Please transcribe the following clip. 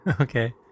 Okay